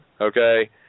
okay